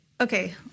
Okay